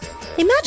Imagine